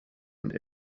und